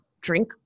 drink